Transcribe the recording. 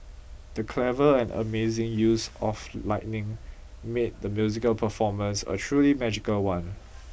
the clever and amazing use of lighting made the musical performance a truly magical one